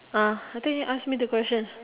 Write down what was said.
uh I think ask me the question